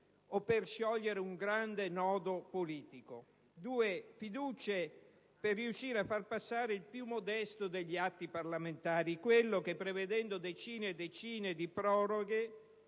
o per sciogliere un grande nodo politico, ma per riuscire a far passare il più modesto degli atti parlamentari, quello che, prevedendo decine e decine di proroghe,